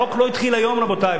החוק לא התחיל היום, רבותי.